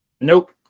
Nope